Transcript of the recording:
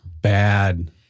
bad